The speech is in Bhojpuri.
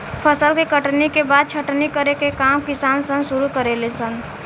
फसल के कटनी के बाद छटनी करे के काम किसान सन शुरू करे ले सन